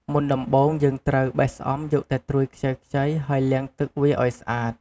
មុនដំបូងយើងត្រូវ បេះស្អំយកតែត្រួយខ្ចីៗ ហើយលាងទឹកវាឱ្យស្អាត។